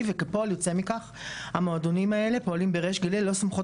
וכפועל יוצא מכך המועדונים האלה פועלים בריש גלי ללא סמכות